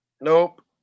Nope